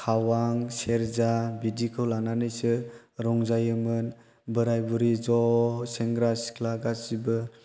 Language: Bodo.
खावां सेरजा बिब्दिखौ लानानैसो रंजायोमोन बोराय बुरि ज' सेंग्रा सिख्ला गासैबो